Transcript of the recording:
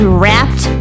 wrapped